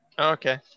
Okay